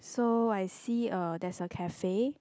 so I see a there's a cafe